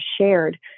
shared